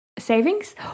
savings